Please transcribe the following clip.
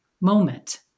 moment